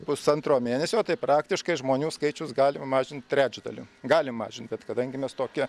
pusantro mėnesio tai praktiškai žmonių skaičius galima mažint trečdaliu galim mažint bet kadangi mes tokie